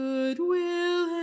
Goodwill